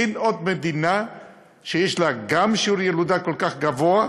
אין עוד מדינה שיש לה גם שיעור ילודה כל כך גבוה,